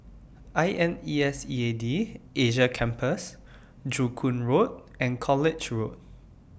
I N S E A D Asia Campus Joo Koon Road and College Road